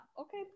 okay